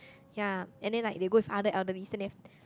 ya and then like they go with other elderlies then they have